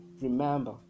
remember